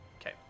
Okay